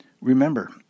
Remember